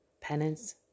penance